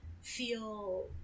feel